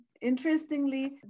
interestingly